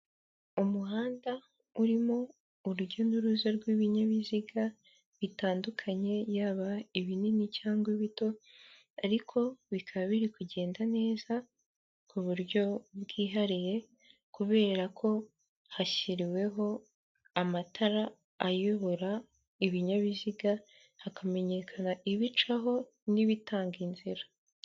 Umuhanda urimo urujya n'uruza rw'ibinyabiziga bitandukanye yaba ibinini cyangwa bito ariko bikaba biri kugenda neza ku buryo bwihariye kubera ko hashyiriweho amatara ayobora ibinyabiziga hakamenyekana ibicaho n'ibitanga inzira.